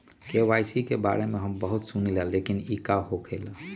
KYC के बारे में हम बहुत सुनीले लेकिन इ का होखेला?